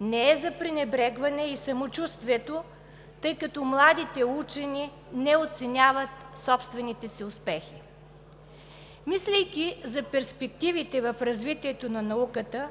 Не е за пренебрегване и самочувствието, тъй като младите учени не оценяват собствените си успехи. Мислейки за перспективите в развитието на науката,